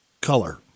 color